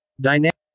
dynamic